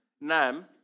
Nam